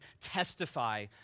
testify